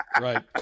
right